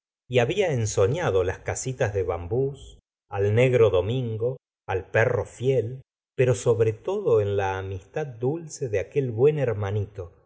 y había ensoñado las casitas de barnbics al negro domingo al perro fiel pero sobre todo en la amistad dulce de aquel buen hermanito